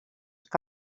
que